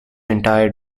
entire